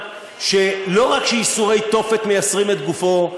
שלא רק שייסורי תופת מייסרים את גופו,